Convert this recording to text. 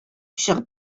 чыгып